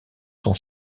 son